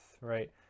right